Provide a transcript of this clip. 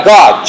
God